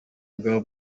bwo